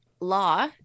law